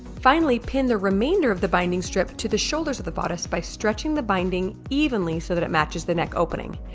finally pin the remainder of the binding strip to the shoulders of the bodice by stretching the binding evenly so that it matches the neck opening.